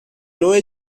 نوع